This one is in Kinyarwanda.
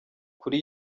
kuri